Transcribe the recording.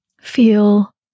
Feel